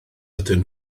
ydyn